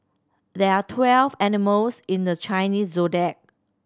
there are twelve animals in the Chinese Zodiac